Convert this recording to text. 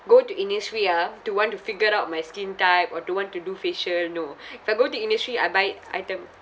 go to Innisfree ah to want to figure out my skin type or to want to do facial no if I go to Innisfree I buy item